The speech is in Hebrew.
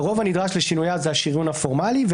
"הרוב הנדרש לשינויה" זה השריון הפורמלי.